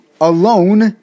alone